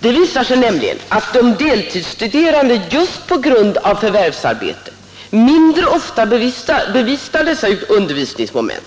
Det visar sig nämligen att de deltidsstuderande just på grund av förvärvsarbete mindre ofta bevistar undervisningsmomentet.